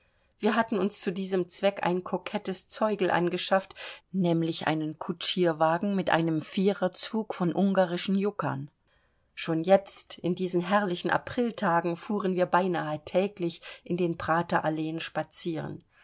wir hatten uns zu diesem zweck ein kokettes zeugel angeschafft nämlich einen kutschierwagen mit einem viererzug von ungarischen juckern schon jetzt in diesen herrlichen apriltagen fuhren wir beinahe täglich in den prateralleen spazieren